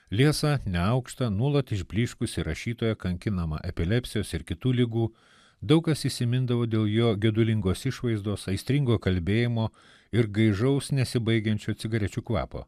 liesą neaukštą nuolat išblyškusį rašytoją kankinamą epilepsijos ir kitų ligų daug kas įsimindavo dėl jo gedulingos išvaizdos aistringo kalbėjimo ir gaižaus nesibaigiančio cigarečių kvapo